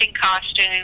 costume